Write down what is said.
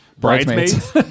Bridesmaids